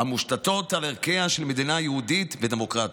המושתתות על ערכיה של מדינה יהודית ודמוקרטית.